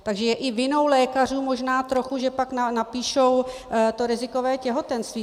Takže je i vinou lékařů možná trochu, že pak napíšou to rizikové těhotenství.